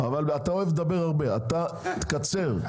אבל תקצר.